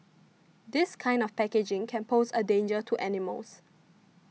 this kind of packaging can pose a danger to animals